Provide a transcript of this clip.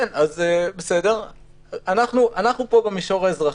אנחנו פה במישור האזרחי.